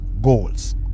goals